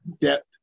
depth